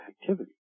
activity